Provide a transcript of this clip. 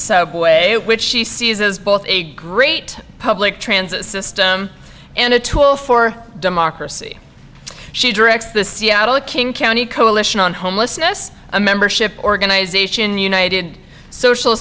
subway which she sees as both a great public transit system and a tool for democracy she directs the seattle king county coalition on homelessness a membership organization united social